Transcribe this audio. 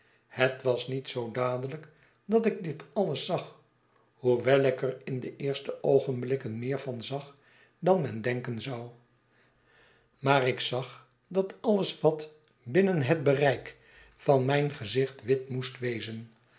het was niet zoo dadelijk dat ik dit alles zag hoewel ik er in de eerste oogenblikken meer van zag dan men denken zou maar ik zag dat al wat binnen het bereik vanmijngezicht wit moest wezen